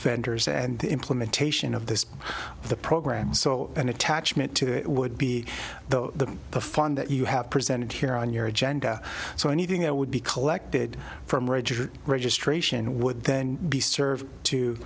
vendors and the implementation of this the program so an attachment to it would be the fund that you have presented here on your agenda so anything that would be collected from registered registration would then be served to